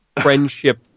friendship